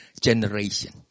generation